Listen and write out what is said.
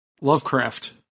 Lovecraft